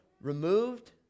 removed